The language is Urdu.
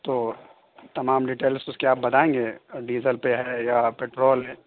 تو تمام ڈیٹیلس اس کی آپ بتائیں گے ڈیزل پہ ہے یا پٹرول ہے